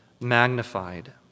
magnified